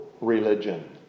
religion